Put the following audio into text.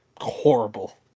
horrible